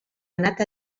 anat